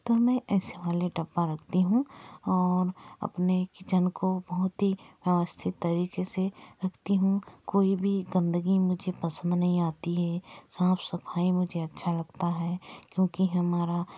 तो मैं ऐसे वाले डब्बा रखती हूँ और अपने किचेन को बहुत ही अवस्थित तरीके से रखती हूँ कोई भी गंदगी मुझे पसंद नही आती है साफ सफाई मुझे अच्छा लगता है क्योंकि हमारा